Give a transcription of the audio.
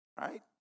right